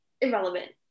Irrelevant